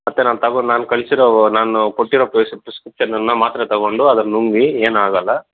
ಮತ್ತೆ ನಾನು ತಗೊ ನಾನು ಕಳ್ಸಿರೊ ನಾನು ಕೊಟ್ಟಿರೊ ಪ್ರಿಸ್ಕ್ರಿಪ್ಷನನ್ನು ಮಾತ್ರೆ ತಗೊಂಡು ಅದನ್ನು ನುಂಗಿ ಏನು ಆಗಲ್ಲ